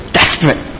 desperate